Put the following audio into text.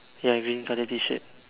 ya I'm green colour T-shirt